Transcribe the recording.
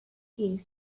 case